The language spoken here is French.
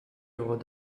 œuvre